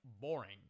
boring